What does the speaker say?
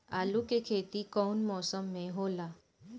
आलू के खेती कउन मौसम में होला?